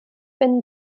wenn